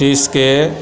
डिशके